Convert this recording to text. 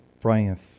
Brian